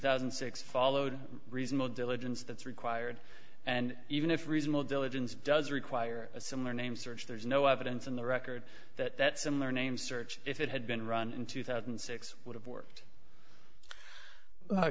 thousand and six followed reasonable diligence that's required and even if reasonable diligence does require a similar name search there's no evidence in the record that that similar name search if it had been run in two thousand and six would have worked